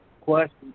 question